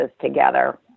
together